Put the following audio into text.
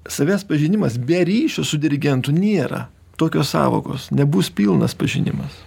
savęs pažinimas be ryšio su dirigentu nėra tokios sąvokos nebus pilnas pažinimas